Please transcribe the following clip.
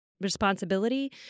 responsibility